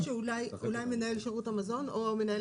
חשבתי שאולי מנהל שירות המזון או מנהל